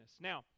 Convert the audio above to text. Now